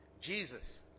Jesus